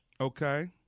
Okay